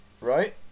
Right